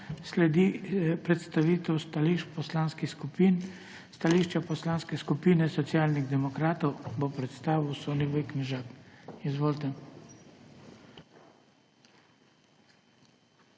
Sledi predstavitev stališč poslanskih skupin. Stališče Poslanske skupine Socialnih demokratov bo predstavil Soniboj Knežak. Izvolite.